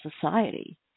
society